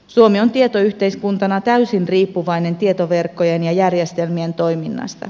suomi on tietoyhteiskuntana täysin riippuvainen tietoverkkojen ja järjestelmien toiminnasta